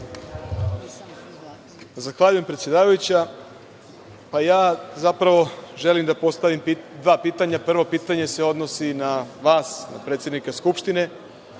Zahvaljujem, predsedavajuća. Zapravo želim da postavim dva pitanja. Prvo pitanje se odnosi na vas, na predsednika Skupštine